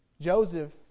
Joseph